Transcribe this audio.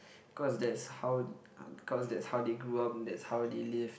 cause that's how cause that's how they grew up and that's how they live